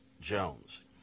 Jones